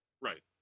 Right